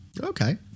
Okay